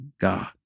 God